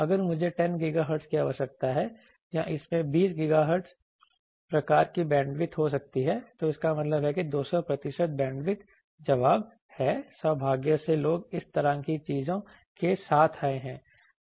अगर मुझे 10 GHz की आवश्यकता है या इसमें 20 GHz प्रकार की बैंडविड्थ हो सकती है तो इसका मतलब है कि 200 प्रतिशत बैंडविड्थ जवाब है सौभाग्य से लोग इस तरह की चीजों के साथ आए हैं